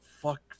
fuck